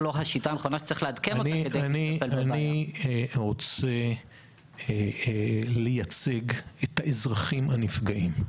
אני רוצה לייצג את האזרחים הנפגעים.